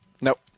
Nope